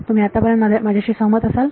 तुम्ही आत्तापर्यंत माझ्याशी सहमत असाल